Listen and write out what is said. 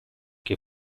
che